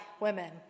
women